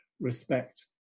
respect